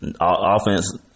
offense